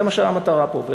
זו המטרה פה.